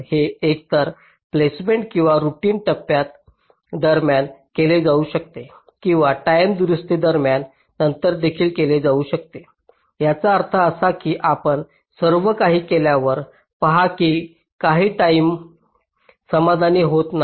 हे एकतर प्लेसमेंट किंवा रूटिंग टप्प्या दरम्यान केले जाऊ शकते किंवा टाईम दुरुस्ती दरम्यान नंतर देखील केले जाऊ शकते याचा अर्थ असा की आपण सर्व काही केल्यावर पहा की काही टाईमत समाधानी होत नाही